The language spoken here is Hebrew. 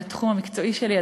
זה התחום המקצועי שלי,